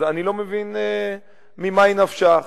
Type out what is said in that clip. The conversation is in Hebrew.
אז אני לא מבין ממה נפשך.